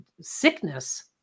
sickness